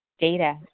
data